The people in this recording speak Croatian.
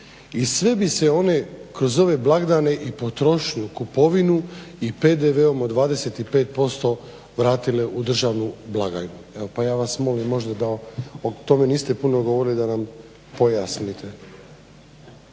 i sve bi se one kroz ove blagdane i potrošnju i kupovinu i PDV-om od 25% vratile u državnu blagajnu, pa ja vas molim, o tome niste puno govorili, da nam pojasnite.